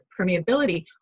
permeability